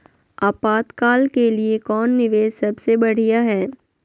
आपातकाल के लिए कौन निवेस सबसे बढ़िया है?